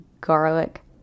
garlic